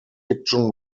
fiction